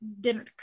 dinner